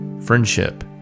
friendship